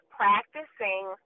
practicing